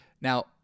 now